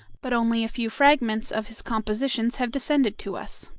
but only a few fragments of his compositions have descended to us.